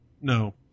No